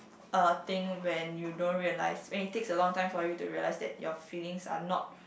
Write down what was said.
uh thing when you don't realise when it takes a long time for you realise that your feelings are not